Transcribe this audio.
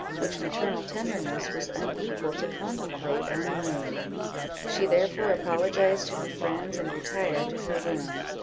which maternal tenderness was unequal to contemplate unmoved she therefore apologized to her friends, and retired to her room,